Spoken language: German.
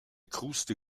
kruste